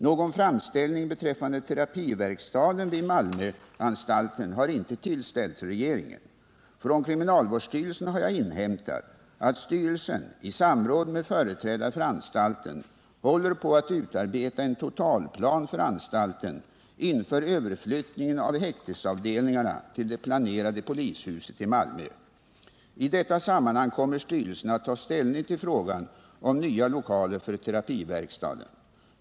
Någon framställning beträffande terapiverkstaden vid Malmöanstalten har inte tillställts regeringen. Från kriminalvårdsstyrelsen har jag inhämtat att styrelsen i samråd med företrädare för anstalten håller på att utarbeta en totalplan för anstalten inför överflyttningen av häktesavdelningarna till det planerade polishuset i Malmö. I detta sammanhang kommer styrelsen att ta ställning till frågan om nya lokaler för terapiverkstaden.